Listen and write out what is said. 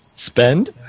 Spend